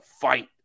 fight